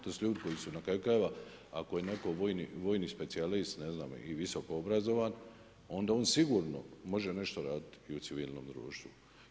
To su ljudi koji su na kraju krajeva ako je netko vojni specijalist i visoko obrazovan onda on sigurno može nešto raditi i u civilnom društvu.